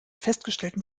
festgestellten